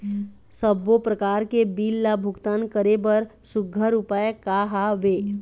सबों प्रकार के बिल ला भुगतान करे बर सुघ्घर उपाय का हा वे?